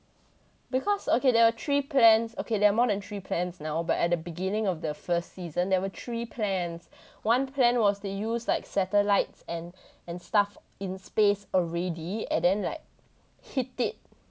because okay there are three plans okay there are more than three plans now but at the beginning of the first season there were three plans one plan was they use like satellites and and stuff in space already and then like hit it